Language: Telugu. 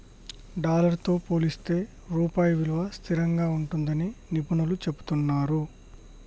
డాలర్ తో పోలిస్తే రూపాయి విలువ స్థిరంగా ఉంటుందని నిపుణులు చెబుతున్నరు